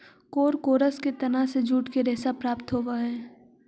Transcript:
कोरकोरस के तना से जूट के रेशा प्राप्त होवऽ हई